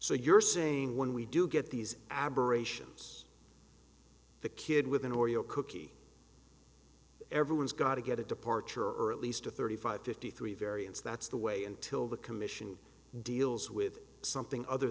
so you're saying when we do get these aberrations the kid with an oreo cookie everyone's got to get a departure or at least a thirty five fifty three variance that's the way until the commission deals with something other